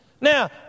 Now